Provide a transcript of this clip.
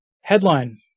Headline